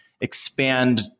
expand